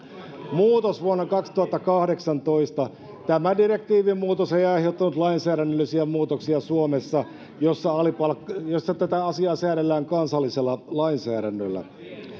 muutos vuonna kaksituhattakahdeksantoista tämä direktiivin muutos ei aiheuttanut lainsäädännöllisiä muutoksia suomessa jossa tätä asiaa säädellään kansallisella lainsäädännöllä